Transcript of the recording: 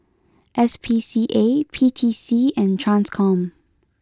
S P C A P T C and Transcom